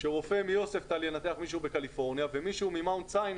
שרופא מיוספטל ינתח מישהו בקליפורניה ומישהו ממאונט סיני